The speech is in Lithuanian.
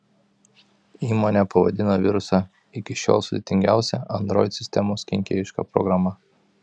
įmonė pavadino virusą iki šiol sudėtingiausia android sistemos kenkėjiška programa